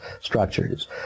structures